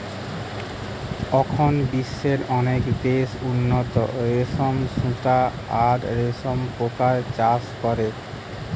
অখন বিশ্বের অনেক দেশ উন্নত রেশম সুতা আর রেশম পোকার চাষ করে